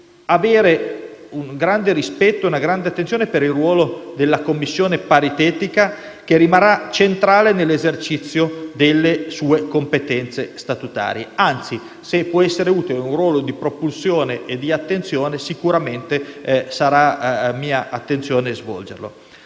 avere un grande rispetto e una grande attenzione per il ruolo della Commissione paritetica, che rimarrà centrale nell'esercizio delle sue competenze statutarie; anzi, se può essere utile un ruolo di propulsione e di attenzione sicuramente sarà mia attenzione svolgerlo.